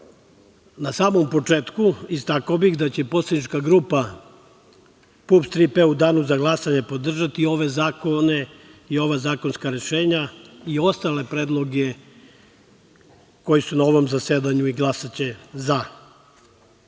samom početku istakao bih da će poslanička grupa PUPS - „Tri P“ u danu za glasanje podržati ove zakone i ova zakonska rešenja i ostale predloge koji su na ovom zasedanju i glasaće -